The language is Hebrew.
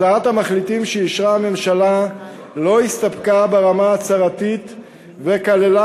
הצעת המחליטים שאישרה הממשלה לא הסתפקה ברמה ההצהרתית וכללה,